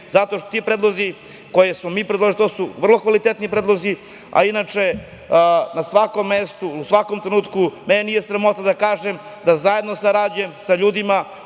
zato što ti predlozi koje smo mi predložili su vrlo kvalitetni predlozi. Inače, na svakom mestu, u svakom trenutku mene nije sramota da kažem da zajedno sarađujem sa ljudima